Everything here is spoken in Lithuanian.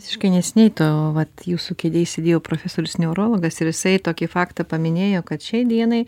visiškai neseniai to vat jūsų kėdėj sėdėjo profesorius neurologas ir jisai tokį faktą paminėjo kad šiai dienai